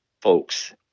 folks